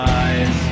eyes